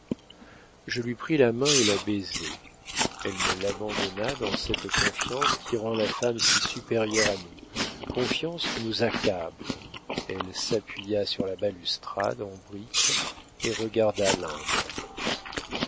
je lui pris la main et la baisai elle me l'abandonna dans cette confiance qui rend la femme si supérieure à nous confiance qui nous accable elle s'appuya sur la balustrade en briques et regarda